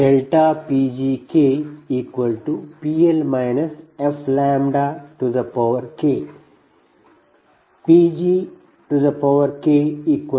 PgKPL fK